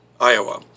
Iowa